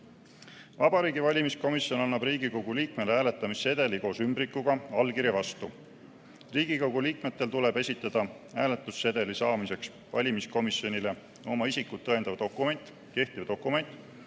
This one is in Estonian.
Vabariigi Valimiskomisjon annab Riigikogu liikmele hääletamissedeli koos ümbrikuga allkirja vastu. Riigikogu liikmetel tuleb esitada hääletussedeli saamiseks valimiskomisjonile oma isikut tõendav dokument, kehtiv dokument,